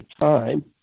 time